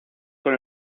con